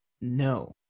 No